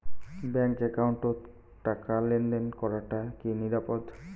Bank একাউন্টত টাকা লেনদেন করাটা কি নিরাপদ?